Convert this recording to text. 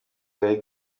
zari